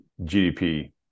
GDP